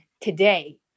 today